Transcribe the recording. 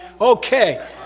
Okay